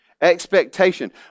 Expectation